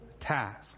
task